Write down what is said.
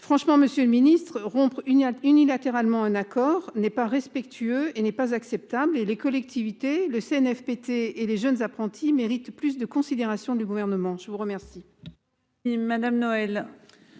Franchement monsieur le Ministre rompre uniates unilatéralement un accord n'est pas respectueux et n'est pas acceptable et les collectivités le Cnfpt et les jeunes apprentis mérite plus de considération du gouvernement. Je vous remercie.--